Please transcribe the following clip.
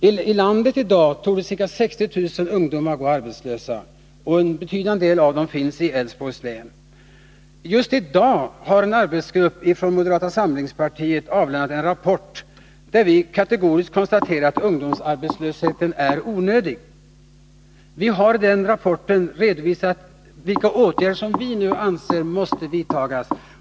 Här i landet torde f. n. ca 60 000 ungdomar gå arbetslösa, och en betydande del av dem finns i Älvsborgs län. Just i dag har en arbetsgrupp från moderata samlingspartiet avlämnat en rapport, där vi kategoriskt konstaterar att ungdomsarbetslösheten är onödig. Vi hari den rapporten redovisat vad vi nu anser måste göras.